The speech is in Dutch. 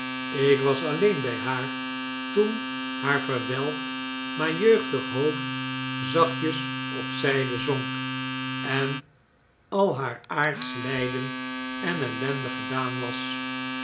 ik was alleen bjj haar toen haar verwelkt maar jeugdig hoofd zachtjes op zijde zonk en al haar aardsch ijjden en ellende gedaan was